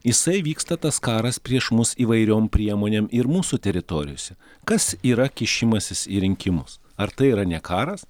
jisai vyksta tas karas prieš mus įvairiom priemonėm ir mūsų teritorijose kas yra kišimasis į rinkimus ar tai yra ne karas